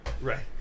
Right